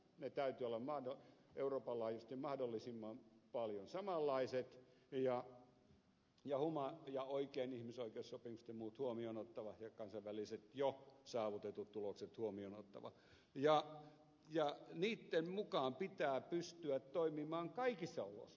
niiden täytyy olla euroopan laajuisesti mahdollisimman paljon samanlaiset ja ihmisoikeussopimukset ja muut oikein huomioon ottavat ja kansainväliset jo saavutetut tulokset huomioon ottavat ja niitten mukaan pitää pystyä toimimaan kaikissa olosuhteissa